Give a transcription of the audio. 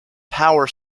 power